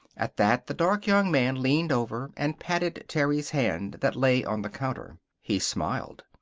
at that the dark young man leaned over and patted terry's hand that lay on the counter. he smiled.